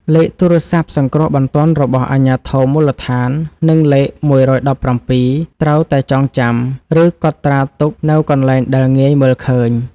លេខទូរស័ព្ទសង្គ្រោះបន្ទាន់របស់អាជ្ញាធរមូលដ្ឋាន និងលេខ១១៧ត្រូវតែចងចាំ ឬកត់ត្រាទុកនៅកន្លែងដែលងាយមើលឃើញ។